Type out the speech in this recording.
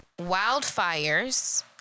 wildfires